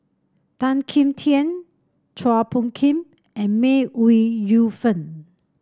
Tan Kim Tian Chua Phung Kim and May Ooi Yu Fen